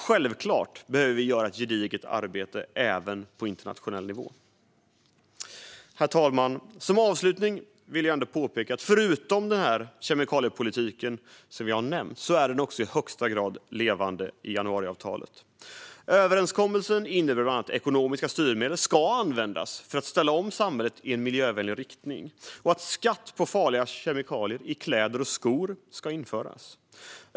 Självklart behöver vi göra ett gediget arbete även på internationell nivå. Herr talman! Som avslutning vill jag påpeka att kemikaliepolitiken är i högsta grad levande i januariavtalet. Överenskommelsen innebär bland annat att ekonomiska styrmedel ska användas för att ställa om samhället i en miljövänlig riktning och att skatt på farliga kemikalier i kläder och skor ska införas.